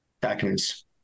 documents